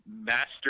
master